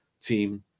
team